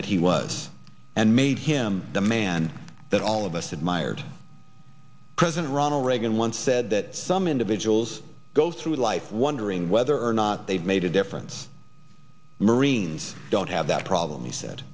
that he was and made him the man that all of us admired president ronald reagan once said that some individuals go through life wondering whether or not they've made a difference the marines don't have that problem he said